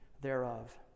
thereof